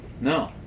No